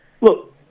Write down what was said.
look